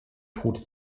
tod